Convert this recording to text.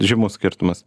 žymus skirtumas